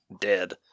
dead